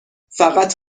فقط